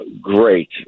great